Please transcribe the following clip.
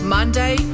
Monday